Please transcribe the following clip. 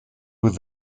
with